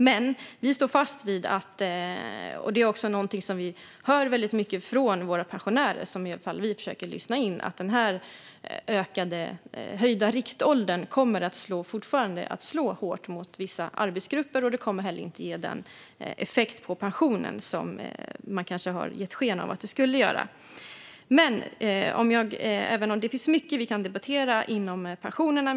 Men vi står fast vid - det är också något som vi hör väldigt mycket från pensionärerna, som i alla fall vi försöker lyssna in - att den höjda riktåldern kommer att slå hårt mot vissa arbetsgrupper. Den kommer heller inte att ge den effekt på pensionen som man kanske har gett sken av att den skulle göra. Det finns mycket vi kan debattera i fråga om pensionerna.